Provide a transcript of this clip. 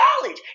college